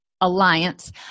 Alliance